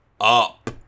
up